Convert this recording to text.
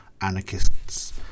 anarchists